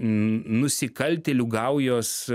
nusikaltėlių gaujos